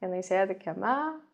jinai sėdi kieme